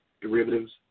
derivatives